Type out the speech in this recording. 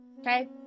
okay